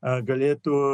r galėtų